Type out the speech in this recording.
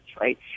right